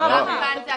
זה גם הקצין הבכיר.